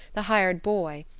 the hired boy,